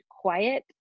quiet